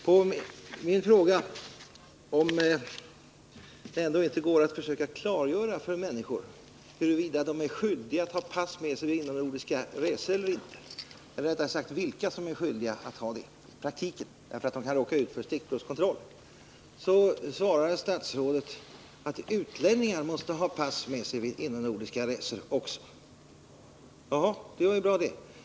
På min fråga om det ändå inte går att klargöra vilka människor som i praktiken måste ha pass med sig vid inomnordiska resor därför att de kan råka ut för stickprovskontroll, svarar statsrådet att utlänningar måste ha pass med sig även vid inomnordiska resor. Ja, det var ju bra.